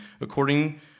According